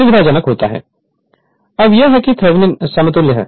Refer Slide Time 1634 अब यह है कि Thevenin समतुल्य है